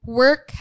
work